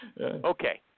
Okay